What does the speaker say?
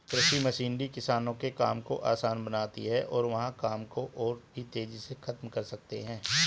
कृषि मशीनरी किसानों के काम को आसान बनाती है और वे वहां काम को और भी तेजी से खत्म कर सकते हैं